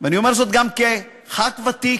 אני אומר זאת גם כחבר כנסת ותיק,